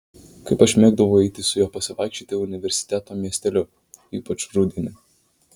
kaip aš mėgdavau eiti su juo pasivaikščioti universiteto miesteliu ypač rudenį